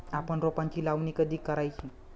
आपण रोपांची लावणी कधी करायची?